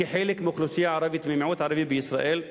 כחלק מהאוכלוסייה הערבית והמיעוט הערבי בישראל.